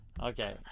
Okay